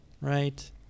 right